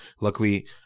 Luckily